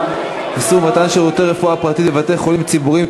(איסור מתן שירותי רפואה פרטית בבתי-חולים ציבוריים),